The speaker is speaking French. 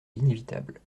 inévitable